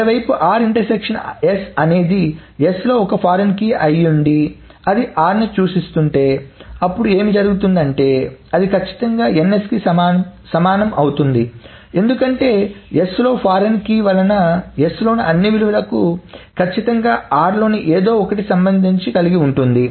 మరోవైపు అనేది s లో ఒక ఫారిన్ కీ అయ్యుండి అది r నీ సూచిస్తుంటే అప్పుడు ఏమి జరుగుతుంది అంటే అది ఖచ్చితంగా ns కి సమానం అవుతుంది ఎందుకంటే s లో ఫారిన్ కీ వలన s లోని అన్ని విలువలకు కచ్చితంగా r లోని ఏదో ఒకటి సంబంధించినది కలిగిఉంటుంది